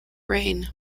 rain